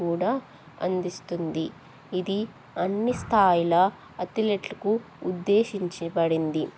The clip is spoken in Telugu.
కూడా అందిస్తుంది ఇది అన్ని స్థాయిల అథ్లెట్కు ఉద్దేశించబడింది